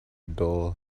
dull